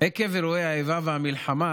עקב אירועי האיבה והמלחמה,